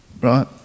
right